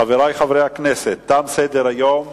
חברי חברי הכנסת, תם סדר-היום.